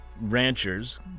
ranchers